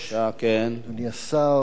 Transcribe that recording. אדוני השר,